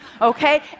Okay